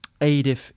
Adif